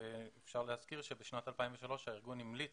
אפשר להזכיר שבשנת 2003 הארגון המליץ